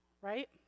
right